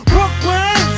Brooklyn